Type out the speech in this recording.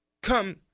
come